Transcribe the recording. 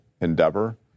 Endeavor